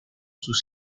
sus